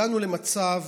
הגענו למצב